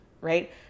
right